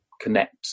connect